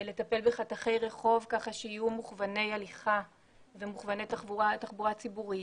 לטפל בחתכי רחוב כך שיהיו מוכווני הליכה ומוכווני תחבורה ציבורית.